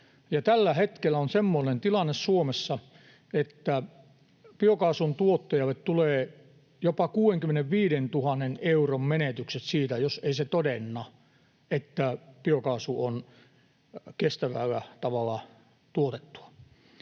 tällä hetkellä on semmoinen tilanne Suomessa, että biokaasun tuottajalle tulee jopa 65 000 euron menetykset siitä, jos ei se todenna, että biokaasu on kestävällä tavalla tuotettua.